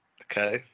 Okay